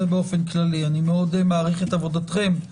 אני מאוד מעריך את עבודתכם,